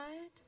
right